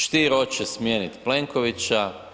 Stier hoće smijeniti Plenkovića.